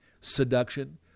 seduction